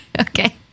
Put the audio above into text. Okay